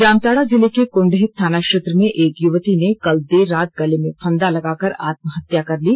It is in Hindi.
जामताड़ा जिले के कुंडहित थाना क्षेत्र में एक युवती ने कल देर रात गले में फंदा लगाकर आत्महत्या कर ली